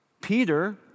Peter